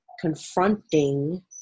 confronting